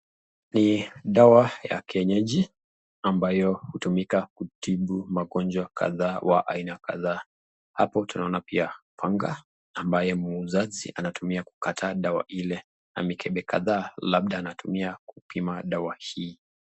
Ni dawa ya kienyeji ambayo hutumika kutibu magonjwa kadhaa wa aina kadhaa hapo tunaona pia panga ambayo muuzaji anatumia kukata dawa ile na mikepe kadhaa labda anatumia kupima dawa hii.